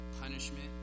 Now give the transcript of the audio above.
punishment